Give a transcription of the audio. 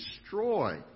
destroy